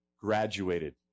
graduated